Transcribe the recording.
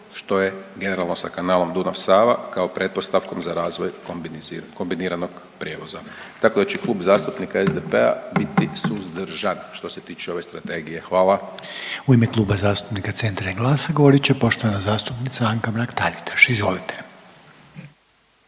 što je generalno sa kanalom Dunav – Sava kao pretpostavkom za razvoj kombiniranog prijevoza, tako da će Klub zastupnika SDP-a biti suzdržan što se tiče ove strategije. Hvala. **Reiner, Željko (HDZ)** U ime Kluba zastupnika CENTRA i GLAS-a govorit će poštovana zastupnica Anka Mrak-Taritaš, izvolite.